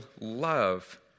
love